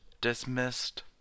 dismissed